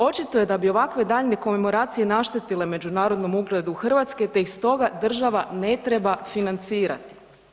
Očito je da bi ovakve daljnje komemoracije naštetile međunarodnom ugledu Hrvatske te ih stoga država ne treba financirati.